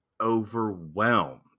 overwhelmed